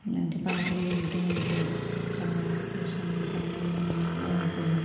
ఇలాంటి పాటలు వింటూ ఉంటే చాలా ప్రశాంతంగా ఆనందంగా ఉంటుంది